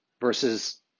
versus